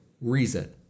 reason